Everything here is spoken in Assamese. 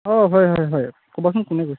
অঁ হয় হয় হয় ক'বচোন কোনে কৈছে